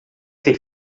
ser